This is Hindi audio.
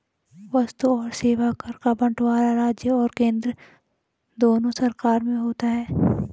वस्तु और सेवा कर का बंटवारा राज्य और केंद्र दोनों सरकार में होता है